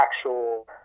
actual